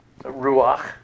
ruach